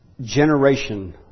Generation